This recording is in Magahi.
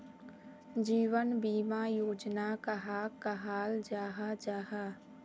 जीवन बीमा योजना कहाक कहाल जाहा जाहा?